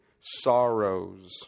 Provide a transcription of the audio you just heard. sorrows